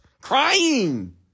crying